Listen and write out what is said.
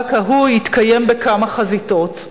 המאבק ההוא התקיים בכמה חזיתות,